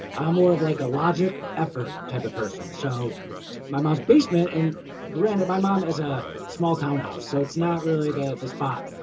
i'm more of like a logic effort type of person. so my mom's basement and granted, my mom has a small townhouse, so it's not really the the spot,